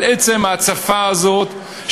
על עצם ההצפה הזאת,